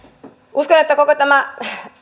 uskon että koko tämä